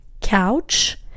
couch